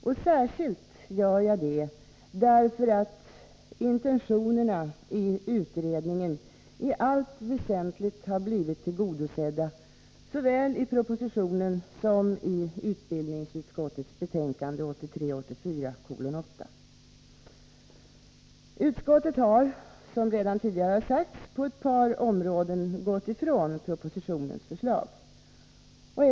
Jag gör det särskilt därför att intentionerna i utredningen i allt väsentligt har blivit tillgodosedda, såväl i propositionen som i utbildningsutskottets betänkande 1983/84:8. Utskottet har, som redan har sagts, gått ifrån propositionens förslag på ett par områden.